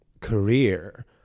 career